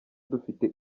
dufite